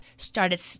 started